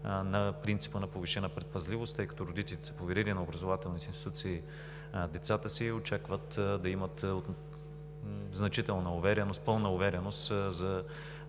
на принципа на повишена предпазливост, тъй като родителите са поверили на образователните институции децата си и очакват да имат пълна увереност за